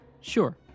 sure